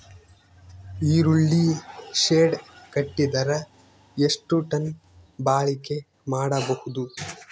ಈರುಳ್ಳಿ ಶೆಡ್ ಕಟ್ಟಿದರ ಎಷ್ಟು ಟನ್ ಬಾಳಿಕೆ ಮಾಡಬಹುದು?